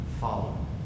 follow